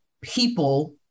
people